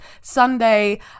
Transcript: Sunday